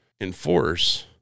enforce